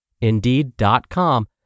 Indeed.com